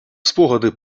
спогади